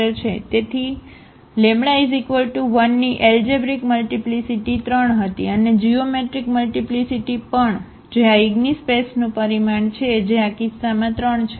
તેથી λ 1 ની algebraic multiplicity 3 હતી અને જીઓમેટ્રિક મલ્ટીપ્લીસીટી પણ જે આ ઈગ્નીસ્પેસ નું પરિમાણ છે જે આ કિસ્સામાં 3 છે